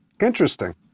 Interesting